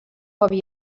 havia